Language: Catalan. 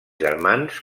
germans